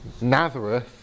Nazareth